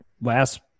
last